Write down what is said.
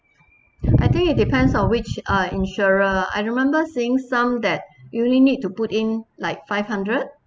I think it depends on which uh insurer I remember seeing some that you only need to put in like five hundred